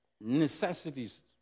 necessities